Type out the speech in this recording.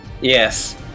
Yes